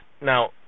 Now